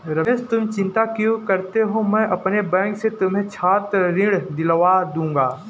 रमेश तुम चिंता क्यों करते हो मैं अपने बैंक से तुम्हें छात्र ऋण दिलवा दूंगा